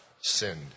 sinned